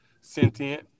sentient